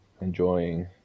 enjoying